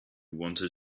wanted